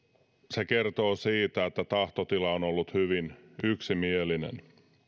se kertoo siitä että tahtotila on ollut hyvin yksimielinen